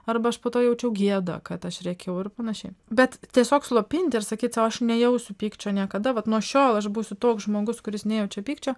arba aš po to jaučiau gėdą kad aš rėkiau ir panašiai bet tiesiog slopinti ir sakyti o aš nejausiu pykčio niekada vat nuo šiol aš būsiu toks žmogus kuris nejaučia pykčio